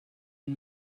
and